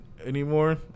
Anymore